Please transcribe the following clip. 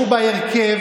ההצבעות,